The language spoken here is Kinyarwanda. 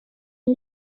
ine